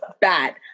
bad